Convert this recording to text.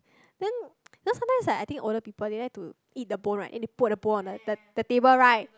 then then sometimes like I think older people they like to eat the bone then they put the bone on the the table right